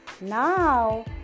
Now